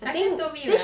my friend told me right